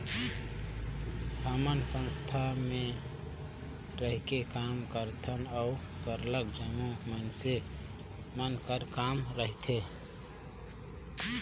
हमन संस्था में रहिके काम करथन उहाँ सरलग जम्मो मइनसे मन कर काम रहथे